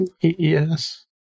Yes